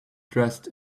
dressed